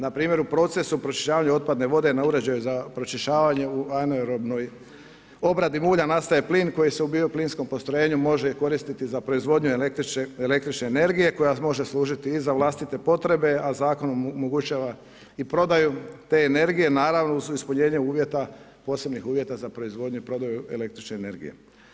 Npr. u procesu pročišćavanja otpadne vode na uređaju za pročišćavanje u anaerobnoj obradi mulja nastaje plin koji se u bio-plinskom postrojenju može koristiti za proizvodnju električne energije koja može služiti i za vlastite potrebe, a Zakon omogućava i prodaju te energije, naravno uz ispunjenje uvjeta posebnih uvjeta za proizvodnju i prodaju električne energije.